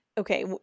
Okay